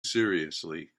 seriously